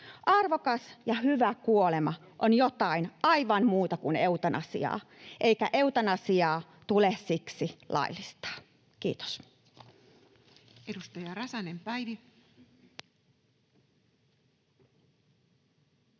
Arvokas ja hyvä kuolema on jotain aivan muuta kuin eutanasia, eikä eutanasiaa tule siksi laillistaa. — Kiitos.